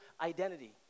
identity